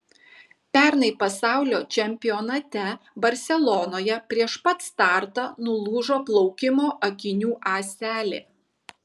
pernai pasaulio čempionate barselonoje prieš pat startą nulūžo plaukimo akinių ąselė